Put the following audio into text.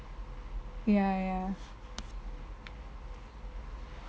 ya ya